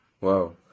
Wow